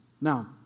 Now